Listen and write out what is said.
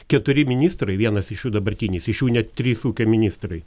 keturi ministrai vienas iš jų dabartinis iš jų net trys ūkio ministrai